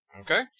Okay